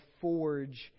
forge